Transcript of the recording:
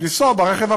לנסוע ברכב הפרטי.